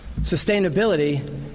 sustainability